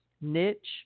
niche